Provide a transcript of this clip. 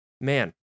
man